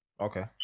Okay